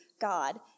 God